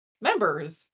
members